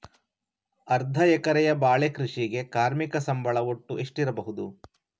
ಅರ್ಧ ಎಕರೆಯ ಬಾಳೆ ಕೃಷಿಗೆ ಕಾರ್ಮಿಕ ಸಂಬಳ ಒಟ್ಟು ಎಷ್ಟಿರಬಹುದು?